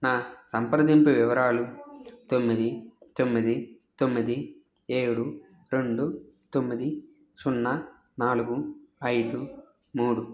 నా సంప్రదింపు వివరాలు తొమ్మిది తొమ్మిది తొమ్మిది ఏడు రెండు తొమ్మిది సున్నా నాలుగు ఐదు మూడు